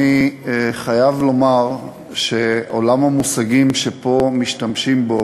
אני חייב לומר שעולם המושגים שפה משתמשים בו,